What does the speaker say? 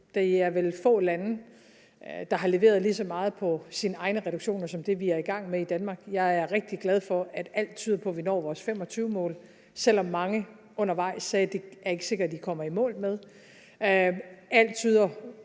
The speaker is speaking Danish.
Det er vel få lande, der har leveret lige så meget på sine egne reduktioner som det, vi er i gang med i Danmark. Jeg er rigtig glad for, at alt tyder på, at vi når vores 2025-mål, selv om mange undervejs sagde, at det ikke er sikkert, I kommer i mål med det. Alt tyder